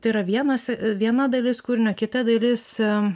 tai yra vienas viena dalis kūrinio kita dalis